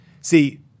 See